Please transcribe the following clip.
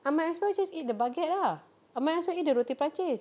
I might as well just eat the baguette ah I might as well eat the roti perancis